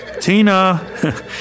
Tina